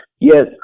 Yes